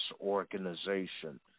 organization